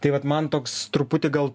tai vat man toks truputį gal